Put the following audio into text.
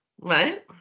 right